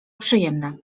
przyjemne